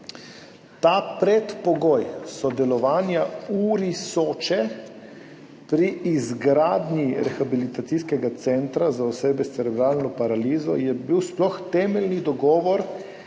Ta predpogoj sodelovanja URI Soča pri izgradnji rehabilitacijskega centra za osebe s cerebralno paralizo je bil sploh temeljni dogovor,